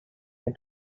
went